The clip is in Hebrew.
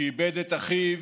שאיבד את אחיו,